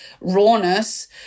rawness